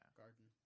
garden